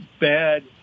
bad